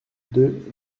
deux